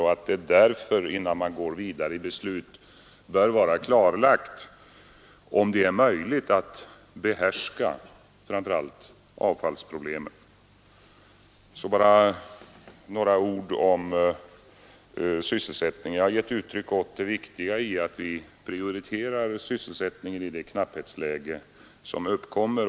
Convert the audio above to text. Därför måste man innan man går vidare i beslut ha klarlagt om det är möjligt att behärska framför allt avfallsproblemen. Så några ord om sysselsättningen. Jag har gett uttryck åt det viktiga i att vi prioriterar sysselsättningen i det knapphetsläge som uppkommer.